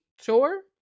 sure